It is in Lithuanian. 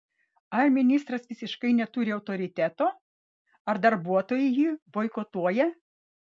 ar ministras visiškai neturi autoriteto ar darbuotojai jį boikotuoja